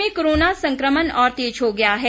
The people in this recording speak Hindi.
प्रदेश में कोरोना संक्रमण और तेज हो गया है